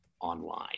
online